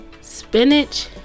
spinach